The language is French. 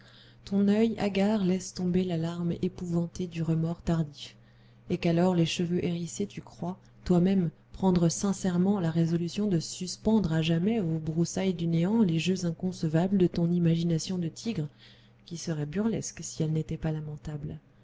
ton oeil hagard laisse tomber la larme épouvantée du remords tardif et qu'alors les cheveux hérissés tu crois toi-même prendre sincèrement la résolution de suspendre à jamais aux broussailles du néant les jeux inconcevables de ton imagination de tigre qui serait burlesque si elle n'était pas lamentable